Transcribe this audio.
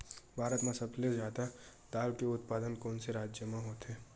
भारत मा सबले जादा दाल के उत्पादन कोन से राज्य हा करथे?